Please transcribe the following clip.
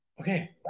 okay